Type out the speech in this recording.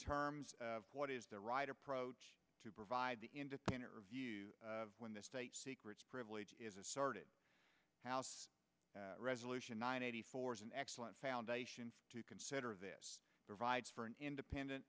terms of what is the right approach to provide the independent review when the state secrets privilege is asserted house resolution nine eighty four is an excellent foundation to consider this provides for an independent